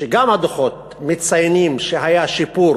שגם הדוחות מציינים שהיה שיפור